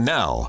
now